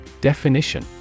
Definition